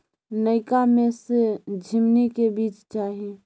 नयका में से झीमनी के बीज चाही?